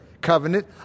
covenant